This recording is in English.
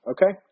Okay